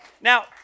Now